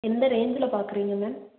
எந்த ரேஞ்சில் பார்க்குறீங்க மேம்